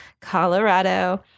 Colorado